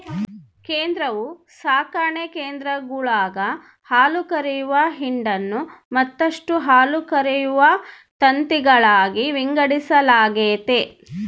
ಕೆಲವು ಸಾಕಣೆ ಕೇಂದ್ರಗುಳಾಗ ಹಾಲುಕರೆಯುವ ಹಿಂಡನ್ನು ಮತ್ತಷ್ಟು ಹಾಲುಕರೆಯುವ ತಂತಿಗಳಾಗಿ ವಿಂಗಡಿಸಲಾಗೆತೆ